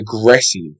aggressive